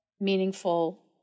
meaningful